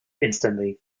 instantly